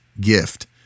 gift